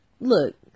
look